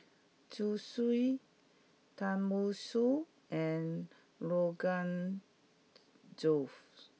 Zosui Tenmusu and Rogan Josh